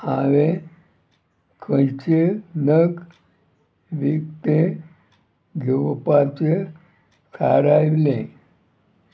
हांवें खंयचे नग विकते घेवपाचे थारायले